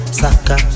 saka